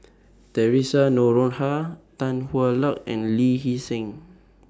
Theresa Noronha Tan Hwa Luck and Lee Hee Seng